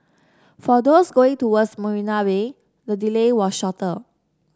for those going towards Marina Bay the delay was shorter